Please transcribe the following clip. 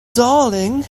darling